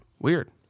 weird